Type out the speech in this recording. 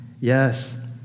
Yes